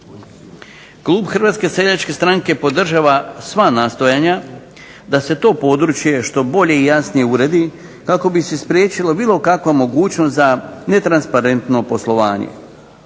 Klub Hrvatske seljačke stranke podržava sva nastojanja da se to područje što bolje i jasnije uredi kako bi se spriječila bilo kakva mogućnost za netransparentno poslovanje.